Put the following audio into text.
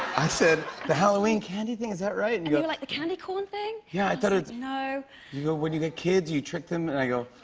i said, the halloween candy thing, is that right? you're like, the candy corn thing? yeah, i thought no. you go, when you get kids, you trick them. and i go,